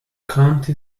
county